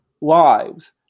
lives